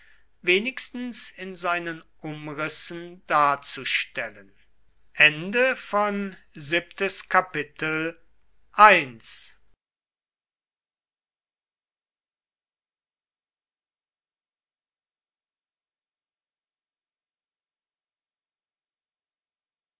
wenigstens in seinen umrissen darzustellen